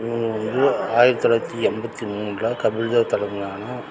இவங்க வந்து ஆயிரத்து தொள்ளாயிரத்தி எண்பத்தி மூணில் கபில் தேவ் தலைமையிலான